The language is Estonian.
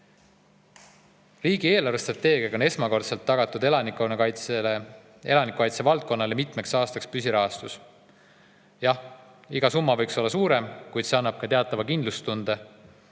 Riigi eelarvestrateegiaga on esmakordselt tagatud elanikkonnakaitse valdkonnale mitmeks aastaks püsirahastus. Jah, iga summa võiks olla suurem, kuid see annab ka teatava kindlustunde,